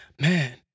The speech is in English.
man